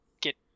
get